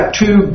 two